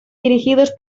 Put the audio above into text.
dirigidos